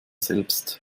selbst